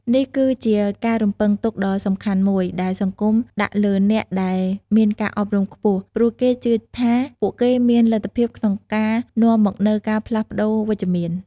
នេះគឺជាការរំពឹងទុកដ៏សំខាន់មួយ ដែលសង្គមដាក់លើអ្នកដែលមានការអប់រំខ្ពស់ ព្រោះគេជឿថាពួកគេមានលទ្ធភាពក្នុងការនាំមកនូវការផ្លាស់ប្តូរវិជ្ជមាន។